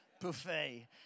Buffet